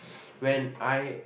when I